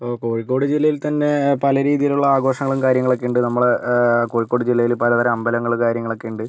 ഇപ്പം കോഴിക്കോട് ജില്ലയിൽ തന്നെ പല രീതിയിലുള്ള ആഘോഷങ്ങളും കാര്യങ്ങളും ഒക്കെയുണ്ട് നമ്മള് കോഴിക്കോട് ജില്ലയില് പലതരം അമ്പലങ്ങളും കാര്യങ്ങളൊക്കെ ഉണ്ട്